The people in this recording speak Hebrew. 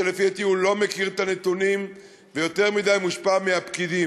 ולפי דעתי הוא לא מכיר את הנתונים ויותר מדי מושפע מהפקידים.